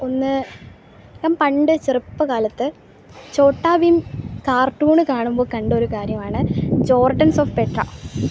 ഒന്ന് ഞാൻ പണ്ട് ചെറുപ്പ കാലത്ത് ചോട്ടാഭീം കാർട്ടൂണ് കാണുമ്പോൾ കണ്ടൊരു കാര്യവാണ് ചോർട്ടൻസ് ഓഫ് പെട്ര